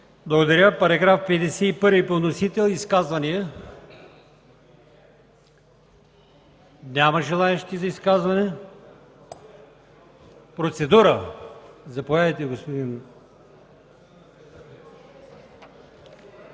Благодаря. Параграф 51 по вносител – изказвания? Няма желаещи за изказвания. Процедура – заповядайте, господин